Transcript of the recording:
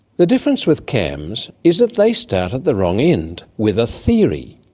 the difference with cams is that they start at the wrong end with a theory.